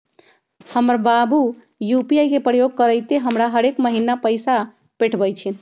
हमर बाबू यू.पी.आई के प्रयोग करइते हमरा हरेक महिन्ना पैइसा पेठबइ छिन्ह